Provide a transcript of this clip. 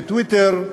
בטוויטר,